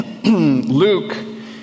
Luke